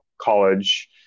college